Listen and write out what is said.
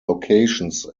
locations